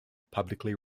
publicly